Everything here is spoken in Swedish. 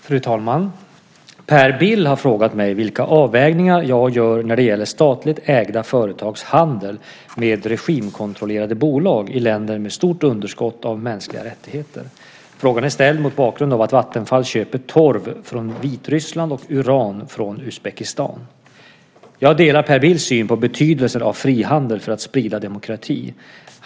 Fru talman! Per Bill har frågat mig vilka avvägningar jag gör när det gäller statligt ägda företags handel med regimkontrollerade bolag i länder med stort underskott av mänskliga rättigheter. Frågan är ställd mot bakgrund av att Vattenfall köper torv från Vitryssland och uran från Uzbekistan. Jag delar Per Bills syn på betydelsen av frihandel för att sprida demokrati.